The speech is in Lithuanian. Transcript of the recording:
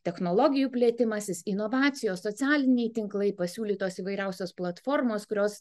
technologijų plėtimasis inovacijos socialiniai tinklai pasiūlytos įvairiausios platformos kurios